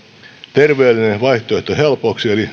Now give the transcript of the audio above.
terveellinen vaihtoehto helpoksi eli